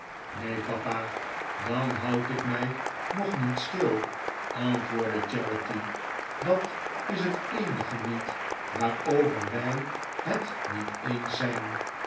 neen papa dan houd ik mij nog niet stil antwoordde charity dat is het eenige niet waarover wij het niet eens zijn